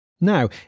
Now